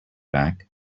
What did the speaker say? back